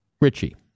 Richie